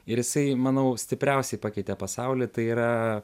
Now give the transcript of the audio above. ir jisai manau stipriausiai pakeitė pasaulį tai yra